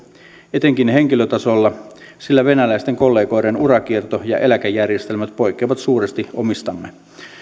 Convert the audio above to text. etenkin henkilötasolla sillä venäläisten kollegoiden urakierto ja eläkejärjestelmät poikkeavat suuresti omistamme